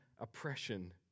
oppression